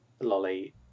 lolly